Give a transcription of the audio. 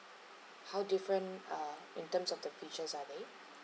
how different uh in terms of the features are they